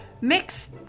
Mix